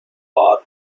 park